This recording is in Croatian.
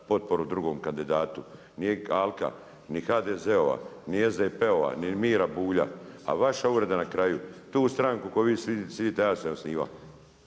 potporu drugom kandidatu. Nije Alka, ni HDZ-ova, ni SDP-ova, ni Mire Bulja. Ali vaša uvreda na kraju, tu stranku koju vi sidite, ja sam osniva.